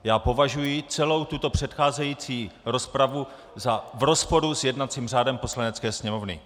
Já považuji celou tuto předcházející rozpravu za v rozporu s jednacím řádem Poslanecké sněmovny.